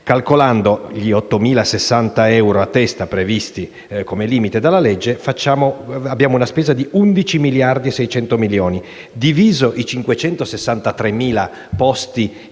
calcolando gli 8.060 euro a testa previsti come limite dalla legge, abbiamo una spesa di 11.600 milioni. Questa